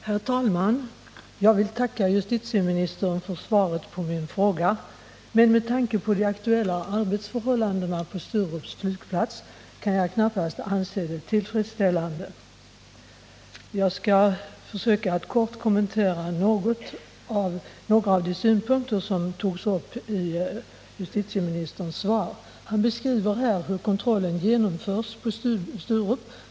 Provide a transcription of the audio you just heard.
Herr talman! Jag vill tacka justitieministern för svaret på min fråga, men med tanke på de aktuella arbetsförhållandena på Sturups flygplats kan jag knappast anse det tillfredsställande. Jag skall försöka att kort kommentera några synpunkter i justitieministerns svar. Han beskriver hur kontrollen genomförs på Sturup.